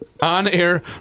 On-air